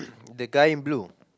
the guy in blue